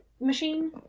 machine